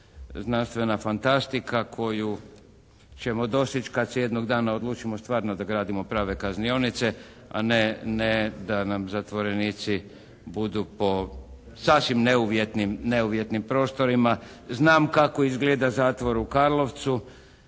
znanstvena fantastika koju ćemo dostići kad se jednog dana odlučimo stvarno da gradimo prave kaznionice, a ne, ne da nam zatvorenici budu po sasvim neuvjetnim, neuvjetnim prostorima. Znam kako izgleda zatvor u Karlovcu.